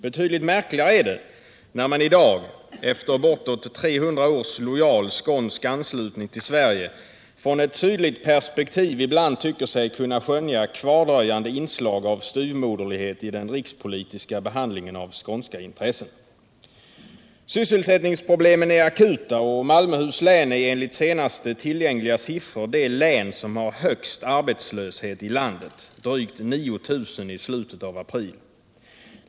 Betydligt märkligare är det när man i dag, efter bortåt 300 års lojal skånsk anslutning till Sverige, från ett sydligt perspektiv ibland tycker sig kunna skönja kvardröjande inslag av styvmoderlighet i den rikspolitiska behandlingen av skånska intressen. Sysselsättningsproblemen är akuta, och Malmöhus län är enligt senaste tillgängliga siffror det län som har högst arbetslöshet i landet, drygt 9 000 i slutet av april.